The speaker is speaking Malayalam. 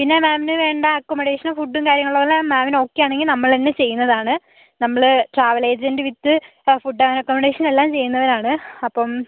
പിന്നെ മാമിന് വേണ്ട അക്കോമഡേഷനും ഫുഡും കാര്യങ്ങളും എല്ലാം മാമിന് ഓക്കെയാണെങ്കിൽ നമ്മള് തന്നെ ചെയ്യുന്നതാണ് നമ്മള് travel agent with food and accommodation എല്ലാം ചെയ്യുന്നവരാണ് അപ്പം